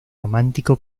romántico